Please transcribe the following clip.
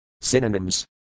Synonyms